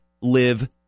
live